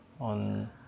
on